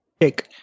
Take